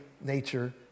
nature